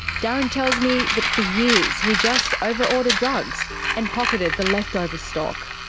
darren tells me that for years he just over-ordered drugs and pocketed the leftover stock.